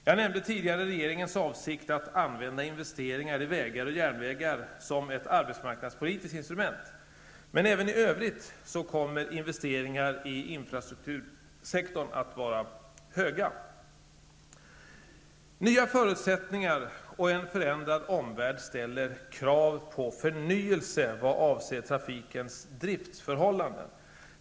Jag nämnde tidigare regeringens avsikt att använda investeringar i vägar och järnvägar som ett arbetsmarknadspolitiskt instrument. Även i övrigt kommer investeringarna i infrastruktursektorn att vara höga. Nya förutsättningar och en förändrad omvärld ställer dock krav på förnyelse vad avser trafikens driftsförhållanden.